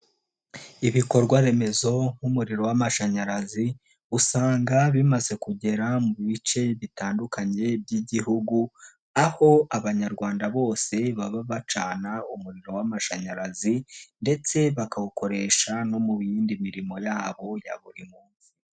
Ibikorwa remezo nk'umuriro w'amashanyarazi usanga bimaze kugera mu bice bitandukanye by'igihugu aho abanyarwanda bose baba bacana umuriro w'amashanyarazi ndetse bakawukoresha no mu y'indi mirimo yabo ya buri munsi.